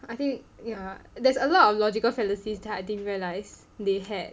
I think yeah there's a lot of logical fallacies that I didn't realize they had